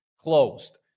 closed